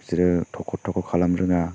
बिसोरो थख' थख' खालाम रोङा